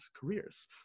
careers